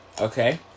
Okay